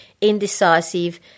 indecisive